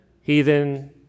heathen